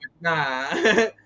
Nah